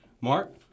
Mark